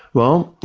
well,